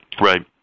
right